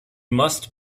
must